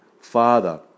Father